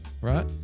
right